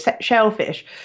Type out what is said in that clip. shellfish